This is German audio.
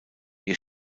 ihr